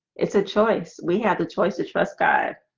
it's a choice we had the choice of trust guard